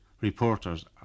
reporters